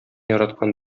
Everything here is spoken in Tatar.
яраткан